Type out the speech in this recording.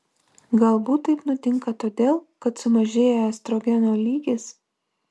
galbūt taip nutinka todėl kad sumažėja estrogeno lygis